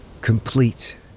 complete